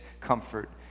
comfort